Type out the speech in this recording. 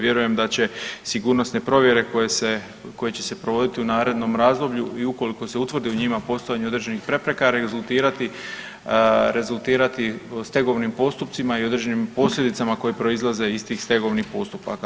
Vjerujem da će sigurnosne provjere koje će se provoditi u narednom razdoblju i ukoliko se utvrdi u njima postojanje određenih prepreka rezultirati stegovnim postupcima i određenim posljedicama koje proizlaze iz tih stegovnih postupaka.